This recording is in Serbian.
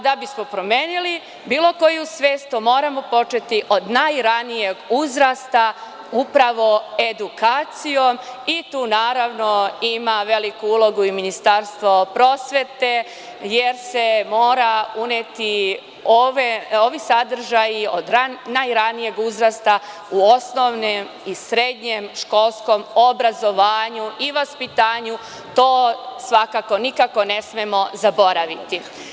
Da bismo promenili bilo koju svest moramo početi od najranijeg uzrasta, upravo edukacijom i tu naravno ima veliku ulogu i Ministarstvo prosvete, jer se moraju uneti ovi sadržaji od najranijeg uzrasta u osnovno i srednje školsko obrazovanje i vaspitanje, to svakako nikako ne smemo zaboraviti.